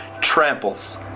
tramples